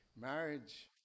marriage